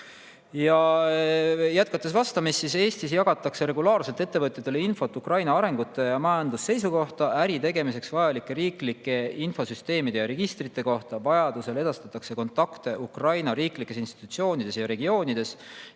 Jätkates vastamist: Eestis jagatakse regulaarselt ettevõtjatele infot Ukraina arengute ja majanduse seisu kohta, äri tegemiseks vajalike riiklike infosüsteemide ja registrite kohta. Vajadusel edastatakse kontakte Ukraina riiklikes institutsioonides ja regioonides.